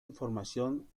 información